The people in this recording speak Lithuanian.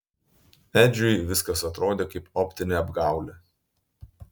edžiui viskas atrodė kaip optinė apgaulė